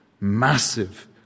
massive